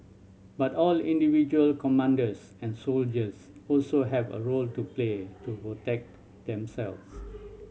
but all individual commanders and soldiers also have a role to play to protect themselves